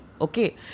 Okay